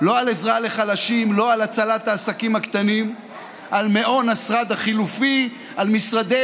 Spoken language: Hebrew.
נראה שיש הסכמה בבית הזה, במשכן,